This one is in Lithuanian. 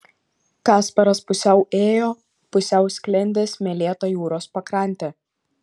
kasparas pusiau ėjo pusiau sklendė smėlėta jūros pakrante